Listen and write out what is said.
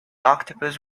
octopus